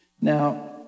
Now